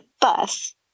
bus